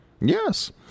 Yes